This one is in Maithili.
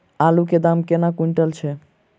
आलु केँ दाम केना कुनटल छैय?